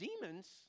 demons